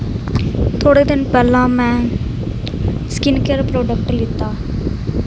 ਥੋੜ੍ਹੇ ਦਿਨ ਪਹਿਲਾਂ ਮੈਂ ਸਕਿੰਨ ਕੇਅਰ ਪ੍ਰੋਡਕਟ ਲਿਤਾ